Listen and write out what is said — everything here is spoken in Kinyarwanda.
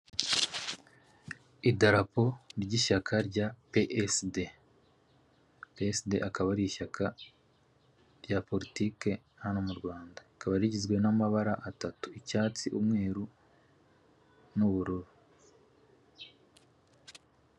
Idarapo ry'ishyaka rya PSD. PSD akaba ari ishyaka rya politiki hano mu Rwanda, rikaba rigizwe n'amabara atatu; icyatsi umweru n'ubururu.